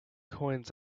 coins